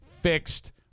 fixed